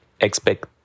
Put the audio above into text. expect